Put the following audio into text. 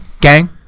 Gang